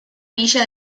villa